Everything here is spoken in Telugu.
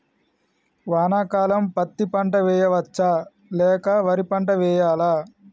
వానాకాలం పత్తి పంట వేయవచ్చ లేక వరి పంట వేయాలా?